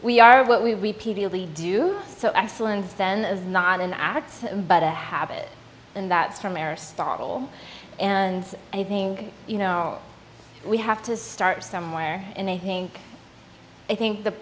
we are what we do so iceland's then is not an act but a habit and that's from aristotle and i think you know we have to start somewhere and they think i think the